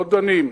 לא דנים.